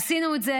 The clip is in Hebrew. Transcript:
עשינו את זה,